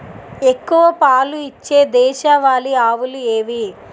ఎక్కువ పాలు ఇచ్చే దేశవాళీ ఆవులు ఏవి?